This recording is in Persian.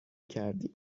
کردیم